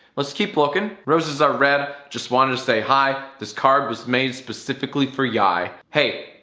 let's keep lookin'. roses are red, just wanted to say hi, this card was made specifically for yiay hey,